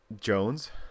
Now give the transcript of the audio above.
Jones